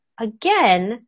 again